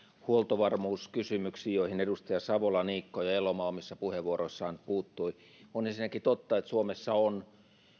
huoltovarmuuskysymyksiin joihin edustaja savola niikko ja elomaa omissa puheenvuoroissaan puuttuivat on ensinnäkin totta että suomessa on